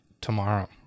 tomorrow